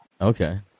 Okay